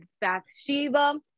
Bathsheba